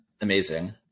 amazing